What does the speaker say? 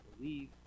believe